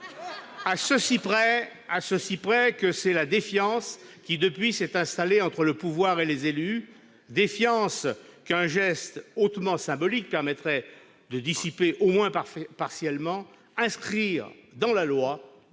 Si ce n'est que la défiance s'est depuis installée entre le pouvoir et les élus, défiance qu'un geste hautement symbolique permettrait de dissiper, au moins partiellement : inscrire dans la loi,